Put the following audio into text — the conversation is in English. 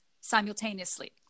simultaneously